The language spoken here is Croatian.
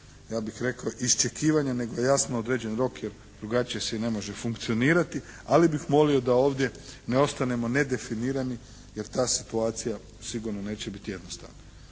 ja bih rekao iščekivanja, nego jasno određen rok jer drugačije se i ne može funkcionirati, ali bih molio da ovdje ne ostanemo nedefinirani jer ta situacija sigurno neće biti jednostavna.